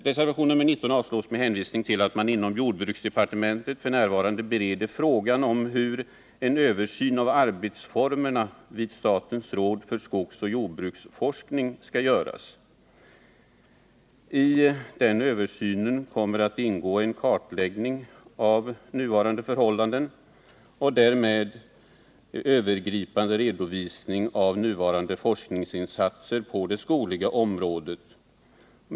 Reservationen 19 avstyrks med hänvisning till att man inom jordbruksdepartementet f. n. bereder frågan om hur en översyn av arbetsformerna vid statens råd för skogsoch jordbruksforskning skall göras. I den översynen kommer det att ingå en kartläggning av de nuvarande förhållandena och därmed en övergripande redovisning av de nuvarande forskningsinsatserna på det skogliga området.